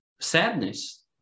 sadness